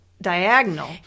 diagonal